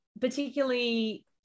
particularly